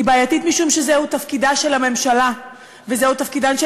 היא בעייתית משום שזהו תפקידה של הממשלה וזהו תפקידן של